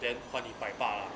then 换你百八 lah